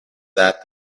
that